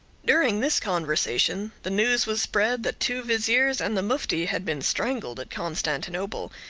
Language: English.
during this conversation, the news was spread that two viziers and the mufti had been strangled at constantinople,